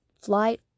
flight